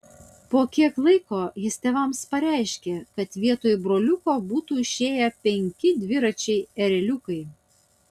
po kiek laiko jis tėvams pareiškė kad vietoj broliuko būtų išėję penki dviračiai ereliukai